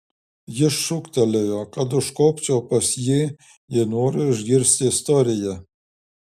jis šūktelėjo kad užkopčiau pas jį jei noriu išgirsti istoriją